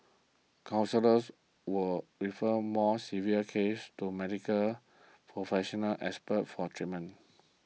counsellors will refer more severe cases to Medical Professional Experts for treatment